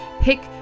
pick